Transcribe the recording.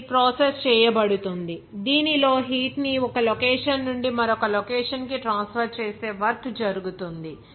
ఇది ప్రాసెస్ చేయబడుతుంది దీనిలో హీట్ ని ఒక లొకేషన్ నుండి మరొక లొకేషన్ కి ట్రాన్స్ఫర్ చేసే వర్క్ జరుగుతుంది